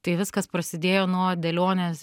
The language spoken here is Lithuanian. tai viskas prasidėjo nuo dėlionės